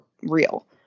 real